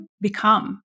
become